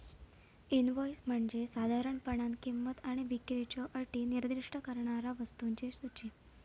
invoice म्हणजे साधारणपणान किंमत आणि विक्रीच्यो अटी निर्दिष्ट करणारा वस्तूंची सूची